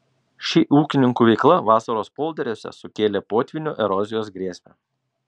ši ūkininkų veikla vasaros polderiuose sukėlė potvynio erozijos grėsmę